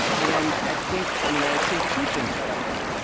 and i think i mean, i'd say two things about that.